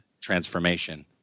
transformation